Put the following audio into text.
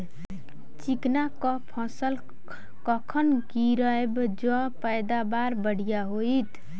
चिकना कऽ फसल कखन गिरैब जँ पैदावार बढ़िया होइत?